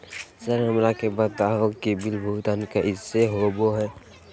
Sir हमरा के बता हो कि बिल भुगतान कैसे होबो है?